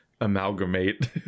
amalgamate